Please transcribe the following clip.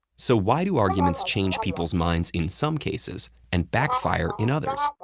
so why do arguments change people's minds in some cases and backfire in others?